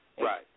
Right